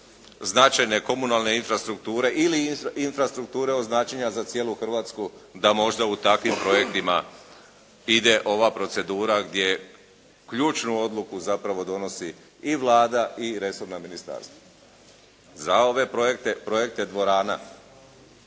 značajne komunalne infrastrukture ili infrastrukture od značenja za cijelu Hrvatsku da možda u takvim projektima ide ova procedura gdje ključnu odluku zapravo donosi i Vlada i resorna ministarstva. Za ove projekte, projekte